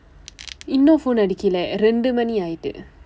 இன்னும்:innum phone அடிக்கிலே இரண்டு மணி ஆகிவிட்டது:adikkile irandu mani aakivitdathu